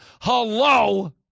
Hello